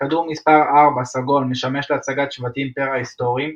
כדור מספר 4 - סגול - משמש להצגת שבטים פרהיסטוריים.